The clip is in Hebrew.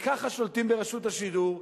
וככה שולטים ברשות השידור,